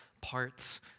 parts